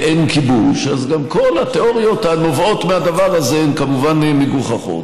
עם אינו יכול להיות כובש בארצו,